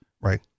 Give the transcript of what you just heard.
right